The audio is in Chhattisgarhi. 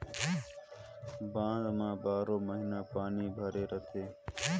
बांध म बारो महिना पानी हर भरे रथे